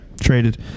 Traded